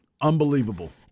Unbelievable